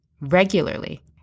regularly